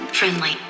Friendly